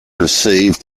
received